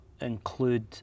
include